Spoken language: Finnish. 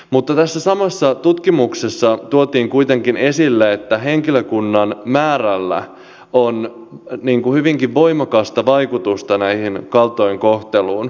mutta tässä samassa tutkimuksessa tuotiin kuitenkin esille että henkilökunnan määrällä on hyvinkin voimakasta vaikutusta tähän kaltoinkohteluun